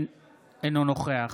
אינו נוכח